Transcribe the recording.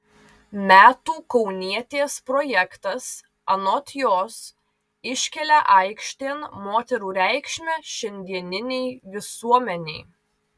metų kaunietės projektas anot jos iškelia aikštėn moterų reikšmę šiandieninei visuomenei